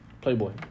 Playboy